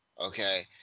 okay